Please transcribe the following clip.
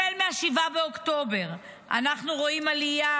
החל מ-7 באוקטובר אנחנו רואים עלייה